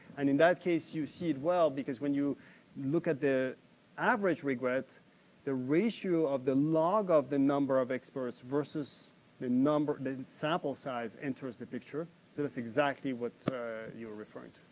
and in that case, you see it well because when you look at the average regret the ratio of the log of the number of experts verses the number, the the sample size enters the picture. so, that's exactly what you were referring to,